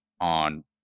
on